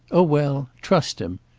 oh well trust him.